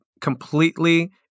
completely